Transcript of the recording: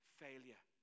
failure